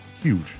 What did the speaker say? huge